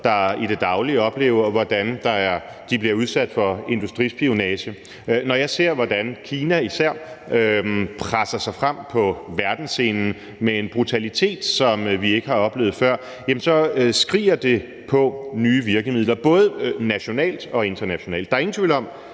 der i det daglige oplever, hvordan de bliver udsat for industrispionage, og når jeg ser, hvordan især Kina presser sig frem på verdensscenen med en brutalitet, som vi ikke har oplevet før, skriger det på nye virkemidler, både nationalt og internationalt. Der er ingen tvivl om,